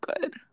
good